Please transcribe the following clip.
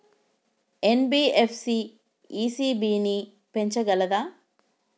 NBFC ECB ని పెంచగలదా?